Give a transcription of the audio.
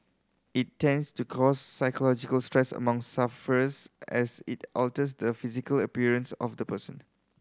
it tends to cause psychological stress among sufferers as it alters the physical appearance of the person